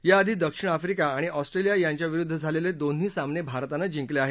याआधी दक्षिण आफ्रिका आणि ऑस्ट्रेलिया यांच्याविरुद्ध झालेले दोन्ही सामने भारतानं जिंकले आहेत